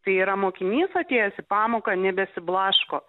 tai yra mokinys atėjęs į pamoką nebesiblaško